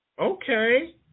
Okay